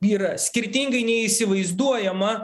yra skirtingai nei įsivaizduojama